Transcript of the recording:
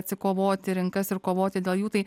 atsikovoti rinkas ir kovoti dėl jų taip